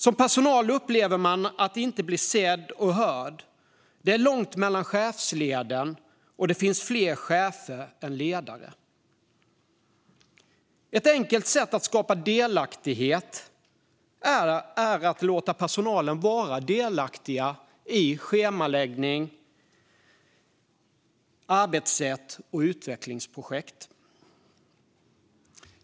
Som personal upplever man att man inte blir sedd och hörd. Det är långt mellan chefsleden, och det finns fler chefer än ledare. Ett enkelt sätt att skapa delaktighet är att låta personalen vara delaktiga i schemaläggning, arbetssätt och utvecklingsprojekt.